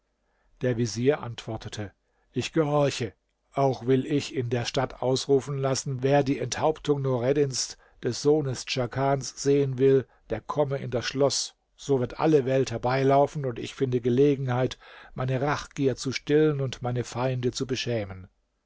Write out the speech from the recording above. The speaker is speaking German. der vezier antwortete ich gehorche auch will ich in der stadt ausrufen lassen wer die enthauptung nureddins des sohnes chakans sehen will der komme in das schloß so wird alle welt herbei laufen und ich finde gelegenheit meine rachgier zu stillen und meine feinde zu beschämen